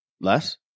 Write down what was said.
less